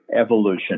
evolution